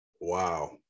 Wow